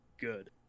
good